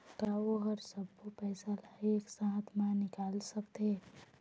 का ओ हर सब्बो पैसा ला एक साथ म निकल सकथे?